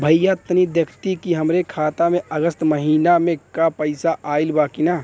भईया तनि देखती की हमरे खाता मे अगस्त महीना में क पैसा आईल बा की ना?